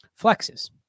Flexes